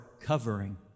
covering